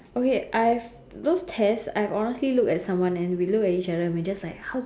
okay I've those tests I've honestly looked at someone and we look at each other and we're just like how to